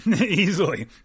Easily